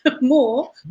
more